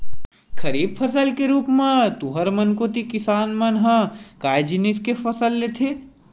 खरीफ फसल के रुप म तुँहर मन कोती किसान मन ह काय जिनिस के फसल लेथे?